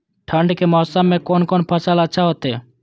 ठंड के मौसम में कोन कोन फसल अच्छा होते?